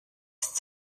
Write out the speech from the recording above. ist